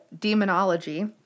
Demonology